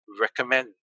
recommend